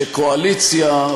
אבל כולנו יודעים שקואליציה,